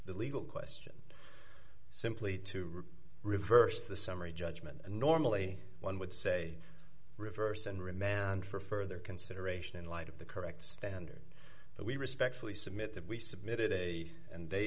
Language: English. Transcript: the legal question simply to reverse the summary judgment normally one would say reverse and remand for further consideration in light of the correct standard that we respectfully submit that we submitted a and they